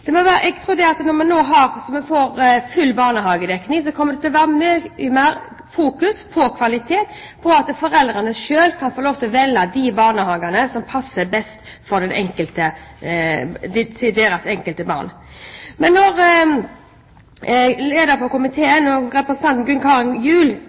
Det må være et mangfold av tilbud til barna på forskjellige barnehager. Jeg tror at når man får full barnehagedekning, kommer det til å være mye mer fokus på kvalitet og på at foreldrene selv kan få lov til å velge de barnehagene som passer best for deres barn. Men når lederen for